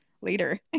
later